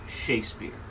Shakespeare